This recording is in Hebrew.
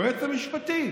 והיועץ המשפטי,